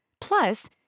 Plus